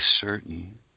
certain